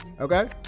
okay